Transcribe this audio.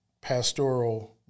pastoral